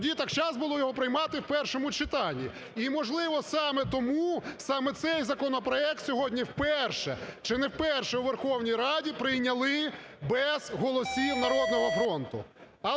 Тоді так час було його приймати в першому читанні. І можливо, саме тому саме цей законопроект сьогодні вперше чи не вперше у Верховній Раді прийняли без голосів "Народного фронту".